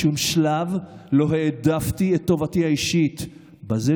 בשום שלב לא העדפתי את טובתי האישית,